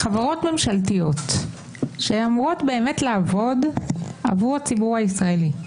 חברות ממשלתיות שאמורות לעבוד עבור הציבור הישראלי,